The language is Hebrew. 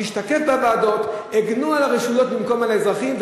זה השתקף בוועדות: הגנו על הרשויות במקום על האזרחים.